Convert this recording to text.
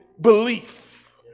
belief